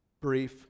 brief